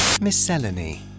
miscellany